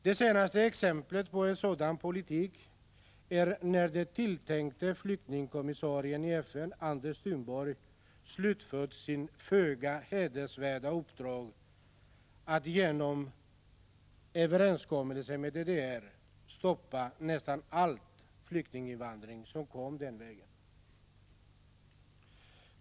Det senaste exemplet på en sådan politik var när den tilltänkta flyktingkommissarien i FN Anders Thunborg slutförde sitt föga hedervärda uppdrag att genom överenskommelse med DDR stoppa nästan all flyktinginvandring som kom den vägen.